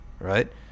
right